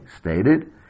stated